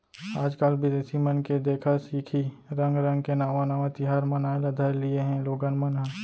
आजकाल बिदेसी मन के देखा सिखी रंग रंग के नावा नावा तिहार मनाए ल धर लिये हें लोगन मन ह